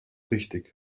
richtig